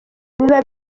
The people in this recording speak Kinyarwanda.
biba